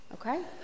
Okay